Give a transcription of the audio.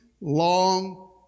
long